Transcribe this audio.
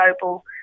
global